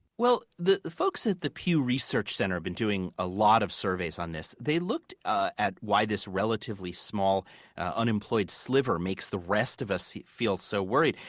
well, the folks at the pew research center have been doing a lot of surveys on this. they looked ah at why this relatively small unemployed sliver makes the rest of us feel so worried.